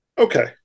Okay